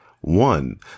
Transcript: One